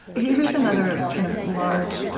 here's another kind of large,